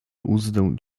uzdę